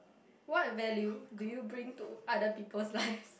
what value do you bring to other people's life